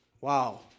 Wow